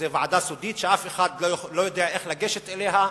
זו ועדה סודית שאף אחד לא יודע איך לגשת אליה,